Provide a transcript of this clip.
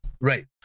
right